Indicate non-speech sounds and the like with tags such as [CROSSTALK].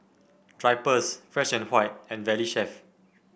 Drypers Fresh and [UNINTELLIGIBLE] and Valley Chef